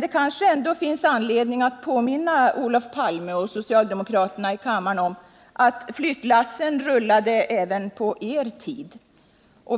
Det kanske ändå finns anledning att påminna Olof Palme och socialdemokraterna i kammaren om att flyttlassen rullade även på er tid.